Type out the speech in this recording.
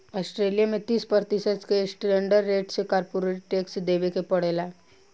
Australia में तीस प्रतिशत के स्टैंडर्ड रेट से कॉरपोरेट टैक्स देबे के पड़ेला